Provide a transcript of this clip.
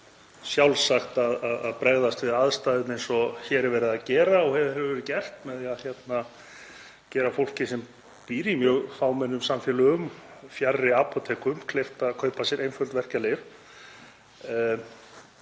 sjálfsagt að bregðast við aðstæðum eins og hér er verið að gera og hefur verið gert, með því að gera fólki sem býr í mjög fámennum samfélögum fjarri apótekum kleift að kaupa sér einföld verkjalyf.